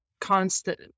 constant